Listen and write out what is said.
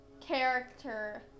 Character